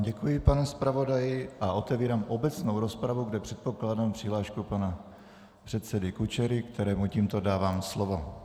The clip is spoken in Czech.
Děkuji vám, pane zpravodaji a otevírám obecnou rozpravu, kde předpokládám přihlášku pana předsedy Kučery, kterému tímto dávám slovo.